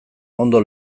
ondo